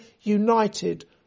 united